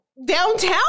downtown